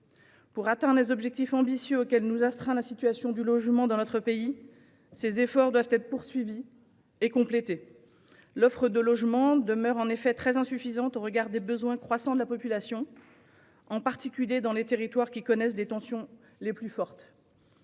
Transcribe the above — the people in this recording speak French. pour atteindre les objectifs ambitieux auxquels nous astreint la situation du logement dans notre pays, ces efforts doivent être poursuivis et complétés. L'offre de logements demeure en effet très insuffisante au regard des besoins croissants de la population, en particulier dans les territoires qui connaissent les tensions les plus fortes.